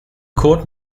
court